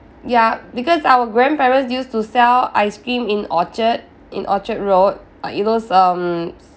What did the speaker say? ya because our grandparents used to sell ice cream in orchard in orchard road like those um